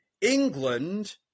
England